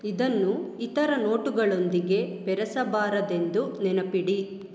ಇದನ್ನು ಇತರ ನೋಟುಗಳೊಂದಿಗೆ ಬೆರೆಸಬಾರದೆಂದು ನೆನಪಿಡಿ